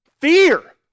Fear